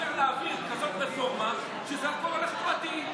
איך אתה כחבר ממשלה מציע להעביר כזאת רפורמה כשזה הכול הולך פרטי,